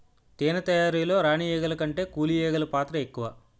తేనె తయారీలో రాణి ఈగల కంటే కూలి ఈగలు పాత్ర ఎక్కువ